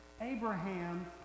Abraham